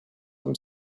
them